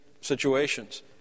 situations